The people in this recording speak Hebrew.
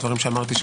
הדברים שאמרתי,